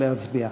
נא להצביע.